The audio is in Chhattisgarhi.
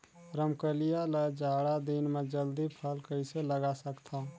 रमकलिया ल जाड़ा दिन म जल्दी फल कइसे लगा सकथव?